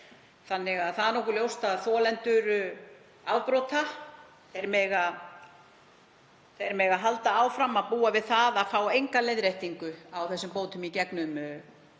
þannig að það er nokkuð ljóst að þolendur afbrota mega halda áfram að búa við það að fá enga leiðréttingu á þessum bótum í gegnum